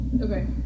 Okay